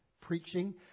Preaching